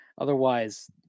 Otherwise